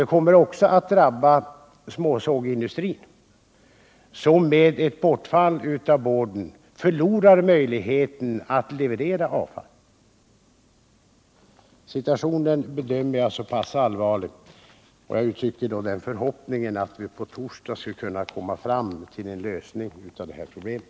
Den kommer även att drabba småsågsindustrin, som vid ett bortfall av boardtillverkningen förlorar möjligheter att leverera avfall. Jag bedömer situationen såsom mycket allvarlig, och jag uttrycker den förhoppningen att vi på torsdag skall kunna komma fram till en lösning av problemet.